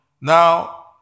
Now